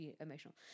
emotional